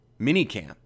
minicamp